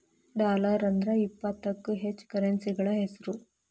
dollar ಅಂದ್ರ ಇಪ್ಪತ್ತಕ್ಕೂ ಹೆಚ್ಚ ಕರೆನ್ಸಿಗಳ ಹೆಸ್ರು